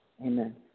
Amen